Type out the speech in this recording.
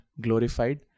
glorified